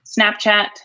Snapchat